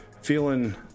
feeling